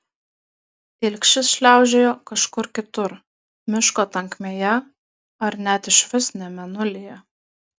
ilgšis šliaužiojo kažkur kitur miško tankmėje ar net išvis ne mėnulyje